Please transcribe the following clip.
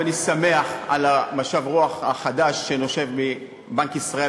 ואני שמח על משב הרוח החדש שנושב מבנק ישראל,